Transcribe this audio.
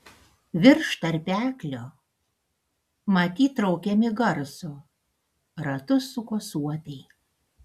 virš tarpeklio matyt traukiami garso ratus suko suopiai